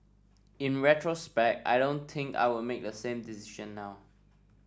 in retrospect I don't think I would make a same decision now